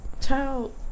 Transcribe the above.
child